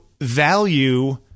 value